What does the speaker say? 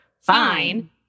fine